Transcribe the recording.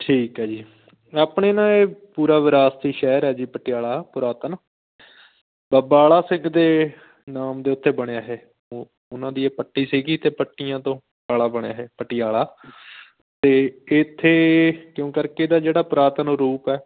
ਠੀਕ ਹੈ ਜੀ ਆਪਣੇ ਨਾ ਇਹ ਪੂਰਾ ਵਿਰਾਸਤੀ ਸ਼ਹਿਰ ਹੈ ਜੀ ਪਟਿਆਲਾ ਪੁਰਾਤਨ ਬਾਬਾ ਆਲਾ ਸਿੰਘ ਦੇ ਨਾਮ ਦੇ ਉੱਤੇ ਬਣਿਆ ਇਹ ਉਹ ਉਹਨਾਂ ਦੀ ਇਹ ਪੱਟੀ ਸੀਗੀ ਅਤੇ ਪੱਟੀਆਂ ਤੋਂ ਆਲਾ ਬਣਿਆ ਇਹ ਪਟਿਆਲਾ ਅਤੇ ਇੱਥੇ ਕਿਉਂ ਕਰਕੇ ਇਹਦਾ ਜਿਹੜਾ ਪੁਰਾਤਨ ਰੂਪ ਹੈ